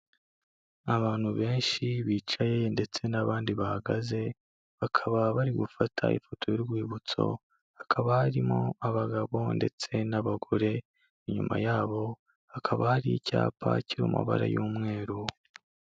Abantu benshi bicaye ndetse n'abandi bahagaze bakaba bari gufata ifoto y'urwibutso hakaba harimo abagabo ndetse n'abagore, inyuma yabo hakaba hari icyapa kiri mu mabara y'umweru.